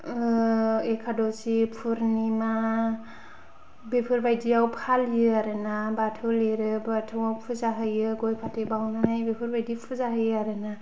एखादसि पुरनिमा बेफोरबादियाव फालियो आरोना बाथौ लिरो बाथौआव फुजा होयो गय फाथै बावनानै बेफोरबादि फुजा होयो आरोना